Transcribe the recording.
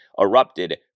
erupted